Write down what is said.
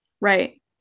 Right